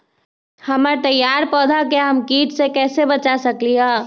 हमर तैयार पौधा के हम किट से कैसे बचा सकलि ह?